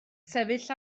sefyll